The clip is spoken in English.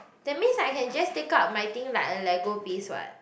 that means I can just take out my thing like a lego piece what